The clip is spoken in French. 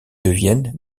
deviennent